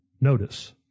Notice